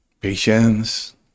patience